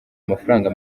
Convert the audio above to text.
amafaranga